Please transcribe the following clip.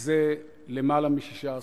זה למעלה משישה עשורים.